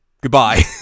Goodbye